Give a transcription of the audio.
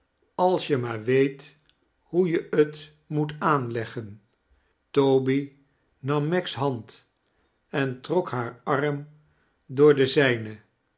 als je maar weet hoe je t meet aanleggen toby nam meg's hand en trok haar arm door den zijnen